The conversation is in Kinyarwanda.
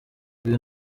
uyu